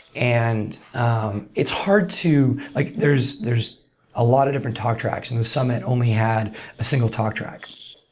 and it's hard to like there's there's a lot of different talk tracks, and the summit only had a single talk track.